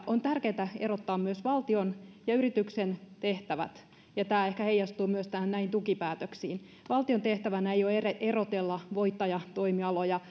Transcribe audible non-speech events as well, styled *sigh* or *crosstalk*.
on tärkeätä erottaa myös valtion ja yrityksen tehtävät ja tämä ehkä heijastuu myös näihin tukipäätöksiin valtion tehtävänä ei ole erotella voittajatoimialoja *unintelligible*